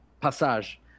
passage